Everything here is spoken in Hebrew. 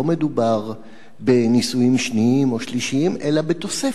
לא מדובר בנישואים שניים או שלישיים אלא בתוספת.